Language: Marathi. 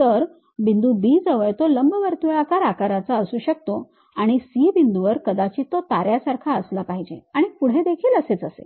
तर बिंदू B जवळ तो लंबवर्तुळाकार आकाराचा असू शकतो आणि C बिंदूवर कदाचित तो ताऱ्यासारखा असला पाहिजे आणि पुढे देखील असेच असेल